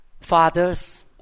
Fathers